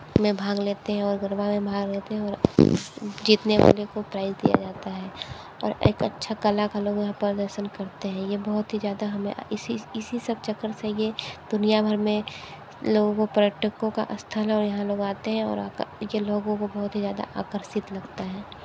मैं भाग लेते हैं और गरबा में भाग लेते हैं और जीतने वाले को प्राइज़ दिया जाता है और एक अच्छा कला का लोग यहाँ प्रदशन करते हैं यह बहुत ही ज़्यादा हमें इसी इसी सब चक्कर से ये दुनिया भर में लोगों का पर्यटकों का स्थल है और यहाँ लोग आते हैं और ये लोगों को बहुत ही ज़्यादा आकर्षित लगता है